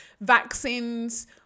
vaccines